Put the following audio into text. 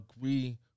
agree